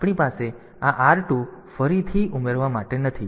તેથી આપણી પાસે આ r2 ફરીથી ઉમેરવા માટે નથી